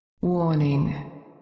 Warning